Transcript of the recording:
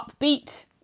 upbeat